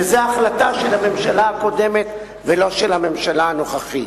וזה החלטה של הממשלה הקודמת ולא של הממשלה הנוכחית.